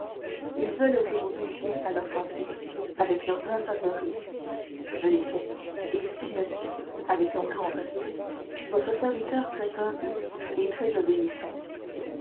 ils veulent que vous buviez à leur santé avec leur vin favori je l'ai fait et suis monsieur avec un grand respect votre serviteur très humble et très obéissant